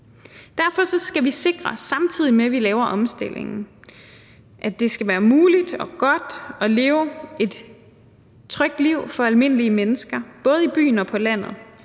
Derfor skal vi, samtidig med vi laver omstillingen, sikre, at det skal være muligt og godt at leve et trygt liv for almindelige mennesker, både i byen og på landet.